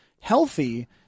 healthy